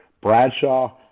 Bradshaw